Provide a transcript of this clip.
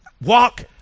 Walk